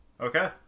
Okay